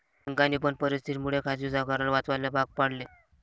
बँकांनी पण परिस्थिती मुळे खाजगी सावकाराला वाचवायला भाग पाडले